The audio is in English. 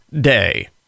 Day